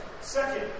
Second